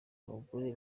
abagore